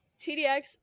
TDX